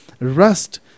rust